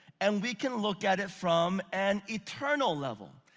and we can look at it from an eternal level.